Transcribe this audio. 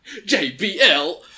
JBL